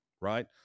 Right